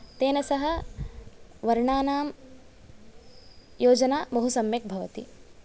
तेन सह वर्णानां योजना बहु सम्यक् भवति